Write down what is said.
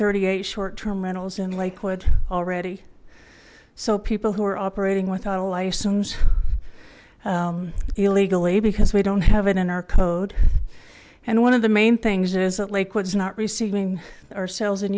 thirty eight short term rentals in lakewood already so people who are operating without a license illegally because we don't have it in our code and one of the main things is that lakewood is not receiving our sales and